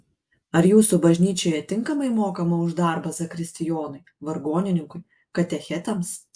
ar jūsų bažnyčioje tinkamai mokama už darbą zakristijonui vargonininkui katechetams